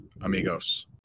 amigos